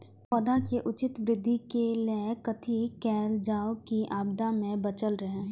पौधा के उचित वृद्धि के लेल कथि कायल जाओ की आपदा में बचल रहे?